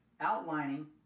outlining